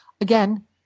Again